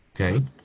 Okay